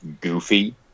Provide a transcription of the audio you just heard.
goofy